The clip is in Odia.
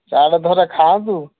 ଚାଟ୍ ଥରେ ଖାଆନ୍ତୁ